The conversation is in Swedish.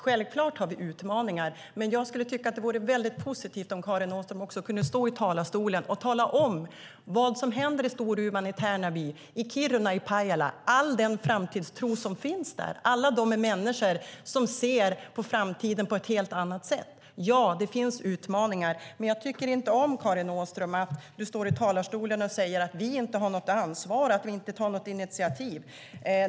Självfallet har vi utmaningar, men jag skulle tycka att det vore positivt om Karin Åström kunde stå i talarstolen och tala om vad som händer i Storuman, i Tärnaby, i Kiruna och i Pajala. Jag tänker på all den framtidstro som finns där och på alla de människor som ser på framtiden på ett helt annat sätt. Det finns utmaningar, men jag tycker inte om att Karin Åström står i talarstolen och säger att vi inte har något ansvar och att vi inte tar något initiativ.